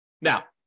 Now